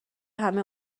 همه